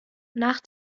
nach